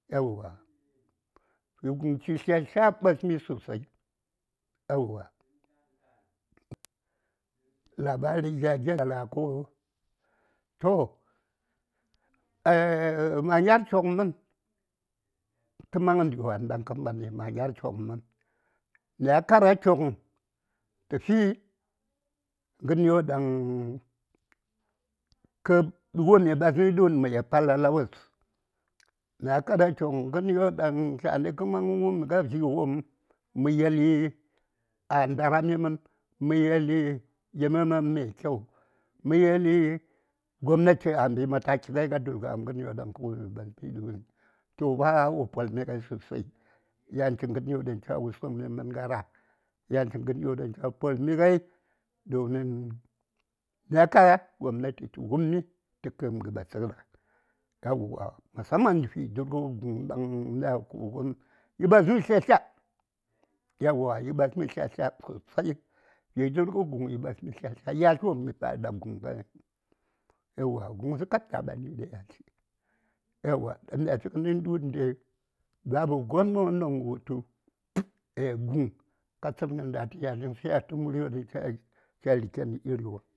﻿Yauwa vi: guŋ chi tlya-tlya ɓasmi sosai yauwa ko? Toh manyar choŋ mən tə ma:ngəndi wan daŋ kə mani Manyar choŋmən. Mya kara choŋ tə fi ŋərwon daŋ kə wummi ɓasmi ɗu:n mə yel falala wos mya kara choŋ ŋərwon ɗaŋ kə man wum a vi: wom dan kə yeli a ndara mi mən, mə yeli yi mi mən maikyau mə yeli gobnati a mbi mataki ŋai a dulgam ŋərwon ɗaŋ kə wum du:n toh wo polmi ŋai sosai yan chi ŋərwon ɗaŋ cha wusuŋ mi mən a rah cha polmi ŋai domin mya kara gobnati tə wummi tə kəm ŋə ɗa tsək ɗa musamman vi: durŋə guŋ daŋ mya fu:ŋən yi ɓasmi tlya-tlya yauwa yi ɓasmi tlya-tlya sosai vi: durŋə guŋ yi ɓasmi tlya-tlya yatlwom nə ba guŋ ŋai haŋ yauwa guŋsə kab ta ɓani ɗa yatli ɗaŋ mi yawon ɗaŋ mi fi du:n dai babu gon du:n daŋ wo wutu guŋ a tsəngən ɗatə yatl sai a tu muriyo daŋ cha: rikeni iri wom.